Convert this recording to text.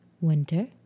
Winter